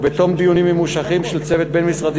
ובתום דיונים ממושכים של צוות בין-משרדי